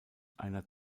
einer